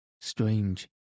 strange